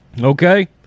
Okay